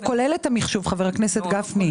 הוא כולל את המחשוב, חבר הכנסת גפני.